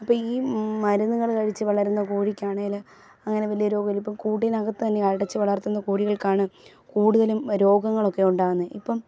അപ്പം ഈ മരുന്നുകള് കഴിച്ച് വളരുന്ന കോഴിക്കാണേല് അങ്ങനെ വലിയ രോഗം ഇപ്പം കൂടിനകത്ത് തന്നെ അടച്ച് വളർത്തുന്ന കോഴികൾക്കാണ് കൂടുതലും രോഗങ്ങളൊക്കെ ഉണ്ടാകുന്നത് ഇപ്പം